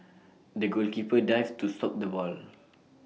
the goalkeeper dived to stop the ball